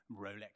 Rolex